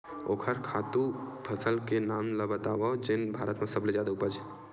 ओखर खातु फसल के नाम ला बतावव जेन भारत मा सबले जादा उपज?